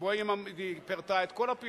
שבו היא פירטה את כל הפעילויות,